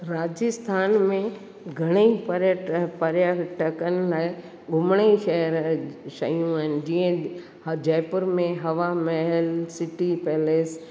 राजस्थान में घणेई पर्य पर्यटकनि लाइ घुमण जी शहर शयूं आहिनि जीअं जयपुर में हवा महल सिटी पैलेस